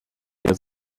der